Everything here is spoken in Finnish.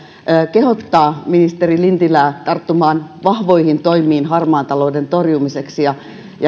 kehottaa ministeri lintilää tarttumaan vahvoihin toimiin harmaan talouden torjumiseksi ja